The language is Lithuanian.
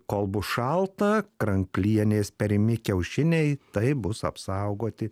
kol bus šalta kranklienės perimi kiaušiniai taip bus apsaugoti